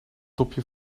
dopje